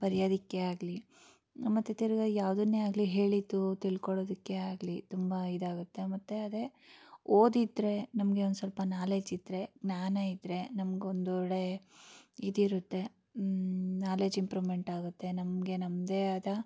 ಬರಿಯೋದಕ್ಕೆ ಆಗಲಿ ಮತ್ತು ತಿರ್ಗಿ ಯಾವುದನ್ನೇ ಆಗಲಿ ಹೇಳಿದ್ದು ತಿಳ್ಕೊಳೋದಕ್ಕೆ ಆಗಲಿ ತುಂಬ ಇದಾಗುತ್ತೆ ಮತ್ತು ಅದೇ ಓದಿದ್ದರೆ ನಮಗೆ ಒಂದು ಸ್ವಲ್ಪ ನಾಲೇಜ್ ಇದ್ದರೆ ಜ್ಞಾನ ಇದ್ದರೆ ನಮ್ಗೆ ಒಂದು ಒಳ್ಳೆಯ ಇದಿರುತ್ತೆ ನಾಲೇಜ್ ಇಂಪ್ರೂಮೆಂಟ್ ಆಗುತ್ತೆ ನಮಗೆ ನಮ್ಮದೇ ಆದ